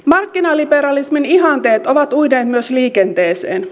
markkinaliberalismin ihanteet ovat uineet myös liikenteeseen